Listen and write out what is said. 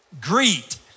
Greet